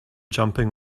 jumping